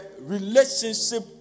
relationship